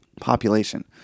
population